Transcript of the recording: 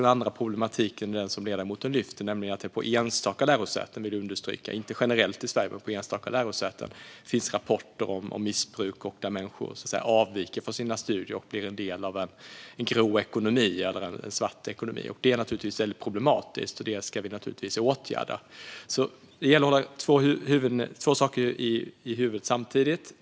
Det andra problemet är det som ledamoten lyfter, nämligen att det på enstaka lärosäten - jag vill understryka att det inte gäller generellt i Sverige utan handlar om enstaka lärosäten - har rapporterats om missbruk och att människor avviker från sina studier och blir del av en grå eller svart ekonomi. Det är väldigt problematiskt, och vi ska naturligtvis åtgärda det. Det gäller att hålla två saker i huvudet samtidigt.